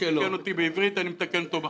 הוא תיקן אותי בעברית ואני מתקן אותו בחיים.